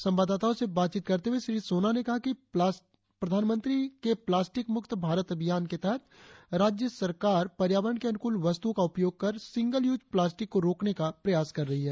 संवाददाताओं से बातचीत करते हुए सोना ने कहा कि प्रधानमंत्री के प्लास्टिक मुक्त भारत अभियान के तहत राज्य सरकार पर्यावरण के अनुकूल वस्तुओं का उपयोग कर सिंगल यूज प्लास्टिक को रोकने का प्रयास कर रही है